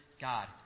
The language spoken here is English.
God